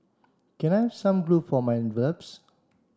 can I some glue for my envelopes